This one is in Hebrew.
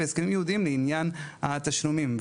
והסכמים ייעודיים לעניין התשלומים.